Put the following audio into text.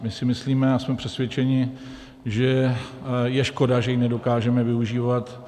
My si myslíme a jsme přesvědčeni, že je škoda, že ji nedokážeme využívat.